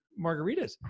margaritas